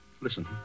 Listen